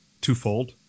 twofold